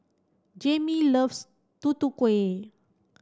Jayme loves Tutu Kueh